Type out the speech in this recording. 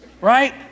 Right